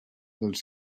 dels